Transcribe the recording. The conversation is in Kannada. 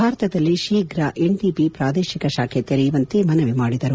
ಭಾರತದಲ್ಲಿ ಶೀಘ್ರ ಎನ್ಡಿಬಿಯ ಪ್ರಾದೇಶಿಕ ಶಾಖೆಯನ್ನು ತೆರೆಯುವಂತೆ ಮನವಿ ಮಾಡಿದರು